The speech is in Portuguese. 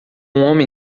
homem